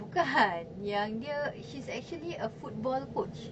bukan yang dia she's actually a football coach